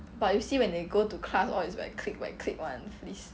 but you see when they go to class all is like clique by clique [one] this